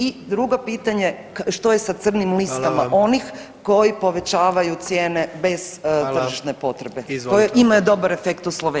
I drugo pitanje, što je sa crnim listama onih koji povećavaju cijene bez tržišne potrebe koje imaju dobar efekt u Sloveniji?